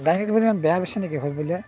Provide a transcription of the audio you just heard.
dining টেবুলখন বেয়া বেচে নেকি হ'ল বুলিয়ে